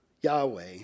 Yahweh